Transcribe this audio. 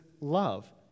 love